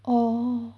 orh